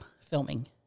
filming